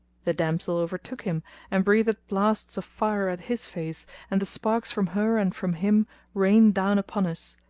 the damsel overtook him and breathed blasts of fire at his face and the sparks from her and from him rained down upon us,